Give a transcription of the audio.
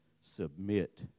submit